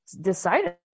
decided